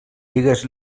digues